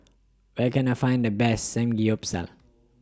Where Can I Find The Best Samgyeopsal